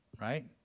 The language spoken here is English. right